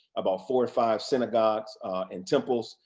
about four or five synagogues and temples.